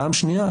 פעם שנייה,